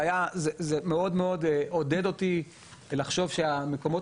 זה מאוד מאוד עודד אותי לחשוב שמקומות